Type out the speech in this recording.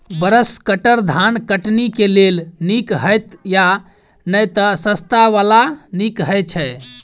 Brush cutter धान कटनी केँ लेल नीक हएत या नै तऽ सस्ता वला केँ नीक हय छै?